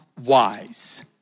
wise